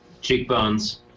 cheekbones